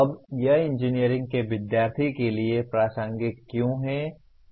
अब यह इंजीनियरिंग के विद्यार्थी के लिए प्रासंगिक क्यों है